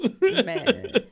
Man